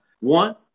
One